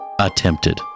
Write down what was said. Attempted